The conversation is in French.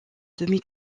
demi